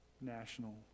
national